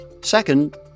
Second